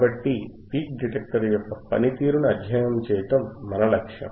కాబట్టి peak detector యొక్క పనితీరుని అధ్యయనం చేయడం మన లక్ష్యం